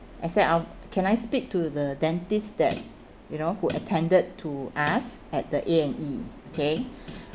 I said I can I speak to the dentist that you know who attended to us at the A and E okay